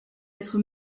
être